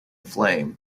flame